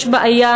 יש בעיה,